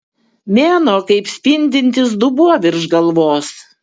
mėnuo kaip spindintis dubuo virš galvos